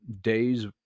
days